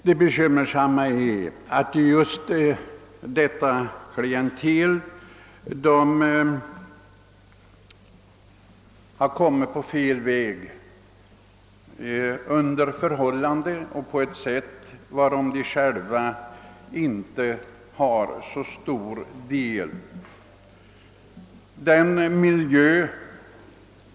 Det bekymmersamma är att just detta klientel har kommit på fel väg här i livet av orsaker som de själva inte har så stor del i.